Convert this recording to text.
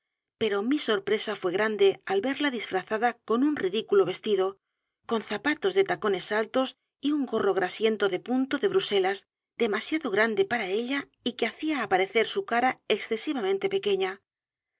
pero mi sorpresa fué g r a n d e al verla disfrazada con un ridículo vestido con zapatos de tacones altos y un gorro grasiento de punto de bruselas demasiado grande para ella y que hacía aparecer su cara excesivamente pequeña